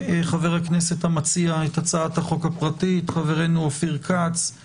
לחברי הכנסת להציג את התייחסותם הראשונית לנושא.